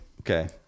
Okay